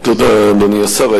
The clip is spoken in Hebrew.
תודה, אדוני השר.